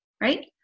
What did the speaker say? right